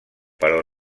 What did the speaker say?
però